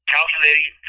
Calculating